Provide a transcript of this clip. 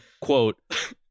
quote